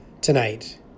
tonight